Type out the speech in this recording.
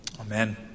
Amen